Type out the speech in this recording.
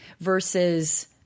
versus